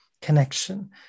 connection